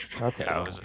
Okay